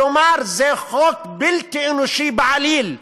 כלומר זה חוק בלתי אנושי בעליל,